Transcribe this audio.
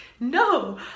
no